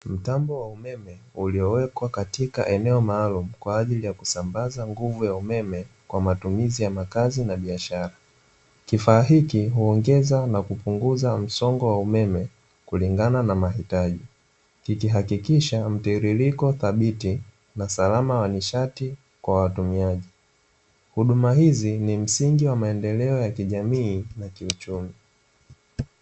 Mtambo wa umeme uliowekwa katika eneo maalum kwa ajili ya kusambaza nguvu ya umeme kwa matumizi ya makazi na biashara. Kifaa hiki huongeza na kupunguza msongo wa umeme kulingana na mahitaji, kikihakikisha mtiririko thabiti na salama wa nishati kwa watumiaji. Huduma hizi ni msingi wa maendeleo ya kijamii na kiuchumi.